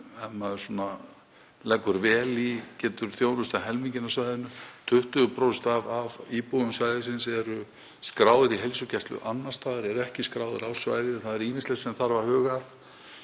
ef maður leggur vel í, þjónustað helminginn af svæðinu. 20% af íbúum svæðisins eru skráð í heilsugæslu annars staðar, eru ekki skráð á svæðið. Það er ýmislegt sem þarf að huga að